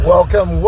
Welcome